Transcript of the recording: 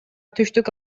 түштүк